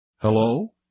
Hello